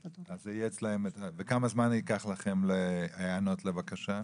וכמה זמן ייקח לכם להיענות לבקשה?